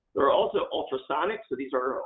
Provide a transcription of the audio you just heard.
there are also ultrasonic. so, these are,